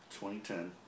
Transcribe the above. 2010